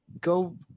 Go